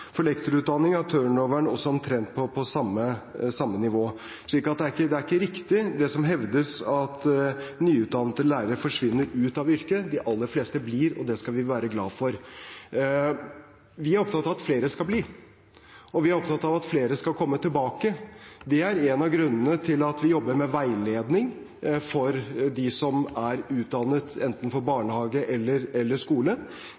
For lektorutdanningen er det en turnover omtrent på samme nivå, slik at det er ikke riktig det som hevdes, at nyutdannete lærere forsvinner ut av yrket. De aller fleste blir, og det skal vi være glad for. Vi er opptatt av at flere skal bli, og vi er opptatt av at flere skal komme tilbake. Det er en av grunnene til at vi jobber med veiledning for dem som er utdannet enten for barnehage eller for skole.